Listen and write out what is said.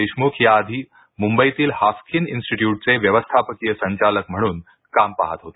देशमुख याआधी मुंबईतील हाफकिन इन्स्टिट्यूटचे व्यवस्थापकीय संचालक म्हणून काम पाहत होते